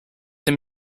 him